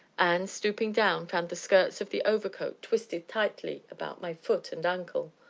and, stooping down, found the skirts of the overcoat twisted tightly about my foot and ankle.